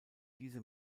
diese